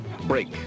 break